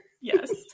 Yes